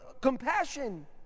compassion